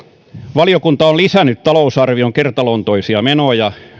valiokunta on lisännyt talousarvion kertaluonteisia menoja